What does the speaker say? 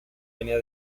venía